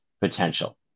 potential